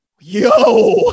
yo